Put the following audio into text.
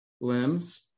limbs